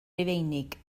rufeinig